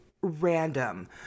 random